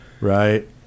Right